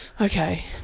okay